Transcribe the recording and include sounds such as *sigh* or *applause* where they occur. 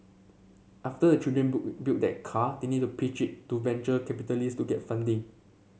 after the children *unintelligible* build their car they need to pitch it to venture capitalists to get funding